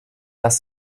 das